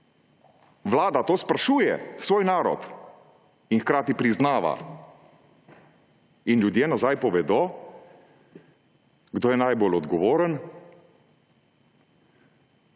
Vlada to sprašuje svoj narod in hkrati priznava in ljudje nazaj povedo, kdo je najbolj odgovoren.